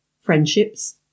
friendships